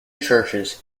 churches